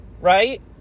right